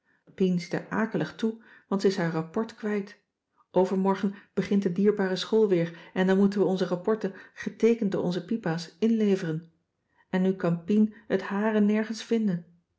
er akelig toe want ze is haar rapport kwijt overmorgen begint de dierbare school weer en dan moeten we onze rapporten geteekend door onze pipa's inleveren en nu kan pien het hare nergens vinden